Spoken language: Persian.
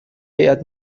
هیات